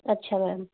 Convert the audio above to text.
ਅੱਛਾ ਮੈਮ